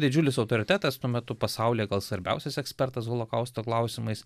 didžiulis autoritetas tuo metu pasaulyje gal svarbiausias ekspertas holokausto klausimais